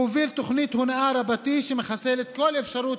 הוא הוביל תוכנית הונאה רבתי שמחסלת כל אפשרות